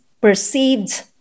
perceived